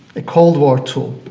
a cold war tool,